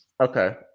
Okay